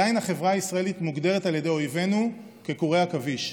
עדיין החברה הישראלית מוגדרת על ידי אויבינו כקורי עכביש.